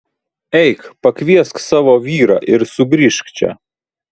eik pakviesk savo vyrą ir sugrįžk čia